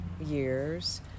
years